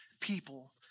people